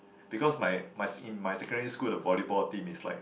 because my my in my secondary school the volleyball team is like